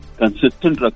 consistent